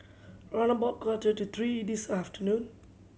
round about quarter to three this afternoon